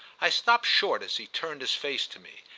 i stopped short as he turned his face to me,